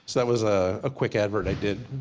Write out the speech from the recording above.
that was a quick advert i did,